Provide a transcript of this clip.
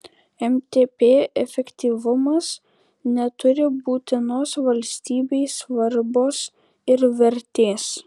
mtp efektyvumas neturi būtinos valstybei svarbos ir vertės